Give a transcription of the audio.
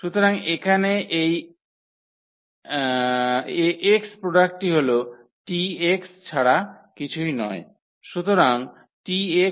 সুতরাং এখানে এই Ax প্রোডাক্টটি হল 𝑇 ছাড়া কিছুই নয়